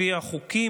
לפי החוקים,